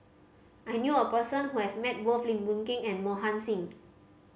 I knew a person who has met both Lim Boon Keng and Mohan Singh